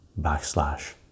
backslash